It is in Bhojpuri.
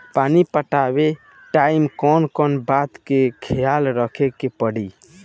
पानी पटावे टाइम कौन कौन बात के ख्याल रखे के पड़ी?